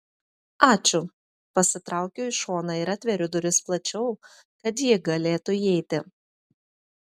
ačiū pasitraukiu į šoną ir atveriu duris plačiau kad ji galėtų įeiti